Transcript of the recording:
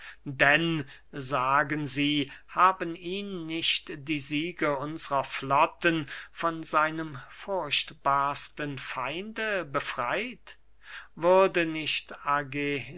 denn sagen sie haben ihn nicht die siege unsrer flotten von seinem furchtbarsten feinde befreyt würde nicht